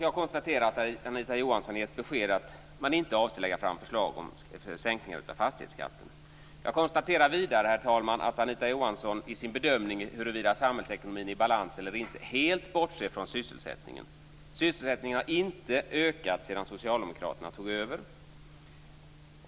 Jag konstaterar att Anita Johansson har gett besked om att man inte avser att lägga fram förslag om sänkning av fastighetsskatten. Jag konstaterar vidare, herr talman, att Anita Johansson i sin bedömning av huruvida samhällsekonomin är i balans eller inte helt bortser från sysselsättningen. Sysselsättningen har inte ökat sedan socialdemokraterna tog över.